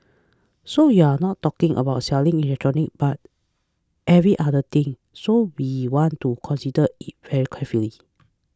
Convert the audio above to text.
so you're not talking about selling electronics but every other thing so we want to consider it very carefully